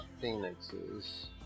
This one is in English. Phoenixes